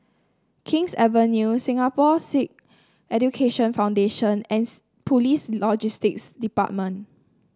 King's Avenue Singapore Sikh Education Foundation and Police Logistics Department